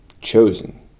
chosen